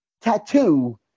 Tattoo